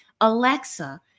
Alexa